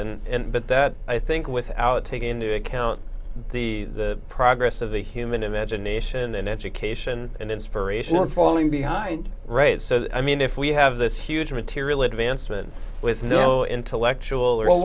and but that i think without taking into account the progress of the human imagination and education and inspiration not falling behind right so that i mean if we have this huge material advancement with no intellectual or